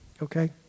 Okay